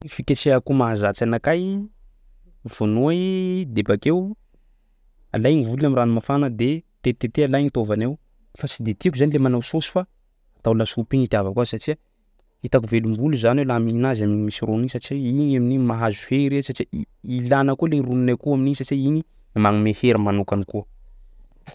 Fiketreha akoho mahazatsy anakahy, vonoa i de bakeo alay gny volony am'rano mafana de tetiteteha alay gny taovany ao fa tsy de tiako zany le manao saosy fa atao lasopy igny itiavako azy satsia hitako velom-bolo zany aho laha mihina azy am'misy rony iny satsia igny amin'igny mahazo hery aho satsia ilana koa lay ronin'ny akoho amin'igny satsia igny magnome hery manokany koa.